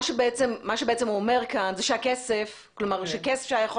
מה שבעצם הוא אומר כאן זה שכסף שהיה יכול